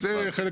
פתרון